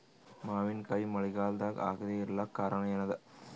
ಮಾವಿನಕಾಯಿ ಮಳಿಗಾಲದಾಗ ಆಗದೆ ಇರಲಾಕ ಕಾರಣ ಏನದ?